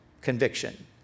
conviction